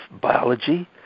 biology